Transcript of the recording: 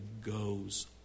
goes